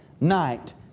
night